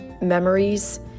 memories